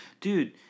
dude